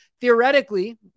theoretically